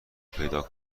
پیدا